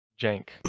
Jank